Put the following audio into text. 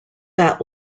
that